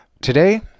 Today